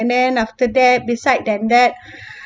and then after that beside then that